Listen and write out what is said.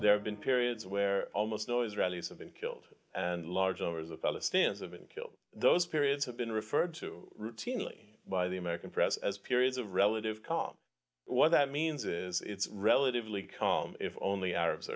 there have been periods where almost no israelis have been killed and large numbers of palestinians have been killed those periods have been referred to routinely by the american press as periods of relative calm what that means is it's relatively calm if only arabs